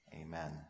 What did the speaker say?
Amen